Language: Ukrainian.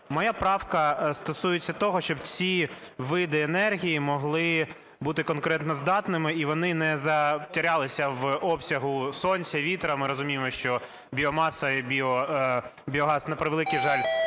Моя правка стосується того, щоб ці види енергії могли бути конкурентоздатними, і вони не затерялися в обсягу сонця, вітру. Ми розуміємо, що біомаса і біогаз, на превеликий жаль,